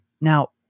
Now